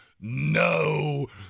No